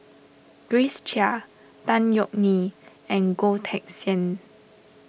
Grace Chia Tan Yeok Nee and Goh Teck Sian